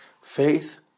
Faith